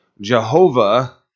Jehovah